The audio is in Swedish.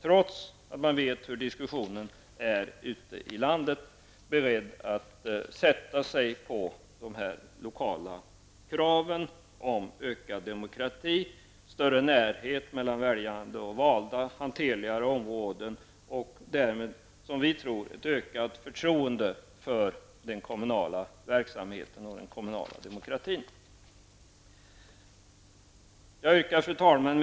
Trots att man vet hur diskussionen förs ute i landet är man beredd att sätta sig över de lokala kraven om ökad demokrati, större närhet mellan väljare och valda, hanterligare områden och därmed enligt vår mening ett ökat förtroende för den kommunala verksamheten och den kommunala demokratin. Fru talman!